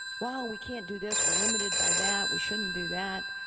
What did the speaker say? well, we can't do this, we're limited by that, we shouldn't do that.